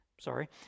Sorry